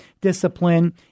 discipline